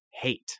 hate